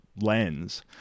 lens